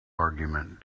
argument